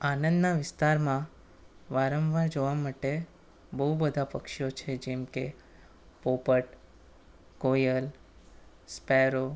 આનંદના વિસ્તારમાં વારંવાર જોવા માટે બહુ બધાં પક્ષીઓ છે જેમકે પોપટ કોયલ સ્પેરો